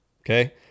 okay